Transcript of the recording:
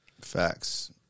Facts